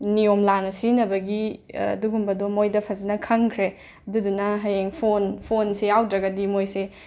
ꯅꯤꯌꯣꯝ ꯂꯥꯟꯅ ꯁꯤꯖꯤꯟꯅꯕꯒꯤ ꯑꯗꯨꯒꯨꯝꯕꯗꯣ ꯃꯣꯏꯗ ꯐꯖꯅ ꯈꯪꯈ꯭ꯔꯦ ꯑꯗꯨꯗꯨꯅ ꯍꯌꯦꯡ ꯐꯣꯟ ꯐꯣꯟꯁꯦ ꯌꯥꯎꯗ꯭ꯔꯒꯗꯤ ꯃꯣꯏꯁꯦ